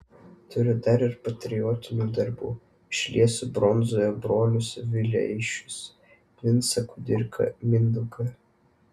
turiu dar ir patriotinių darbų išliesiu bronzoje brolius vileišius vincą kudirką mindaugą